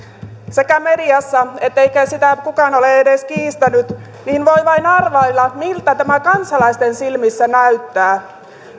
mediassa eikä sitä kukaan ole edes kiistänyt niin voi vain arvailla miltä tämä kansalaisten silmissä näyttää